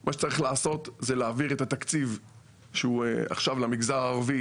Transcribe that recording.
אז מה שצריך לעשות זה להעביר את התקציב שקיים עכשיו במגזר הערבי,